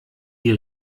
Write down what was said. die